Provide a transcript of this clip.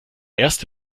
erste